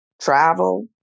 travel